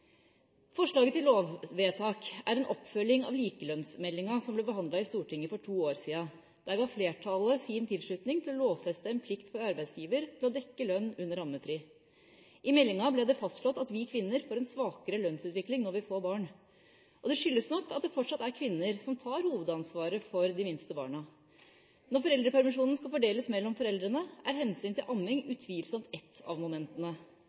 Forslaget til lovvedtak er en oppfølging av likelønnsmeldinga, som ble behandlet i Stortinget for to år siden. Der ga flertallet sin tilslutning til å lovfeste en plikt for arbeidsgiver til å dekke lønn under ammefri. I meldinga ble det fastslått at vi kvinner får en svakere lønnsutvikling når vi får barn. Det skyldes nok at det fortsatt er kvinner som tar hovedansvaret for de minste barna. Når foreldrepermisjonen skal fordeles mellom foreldrene, er hensyn til amming utvilsomt ett av momentene.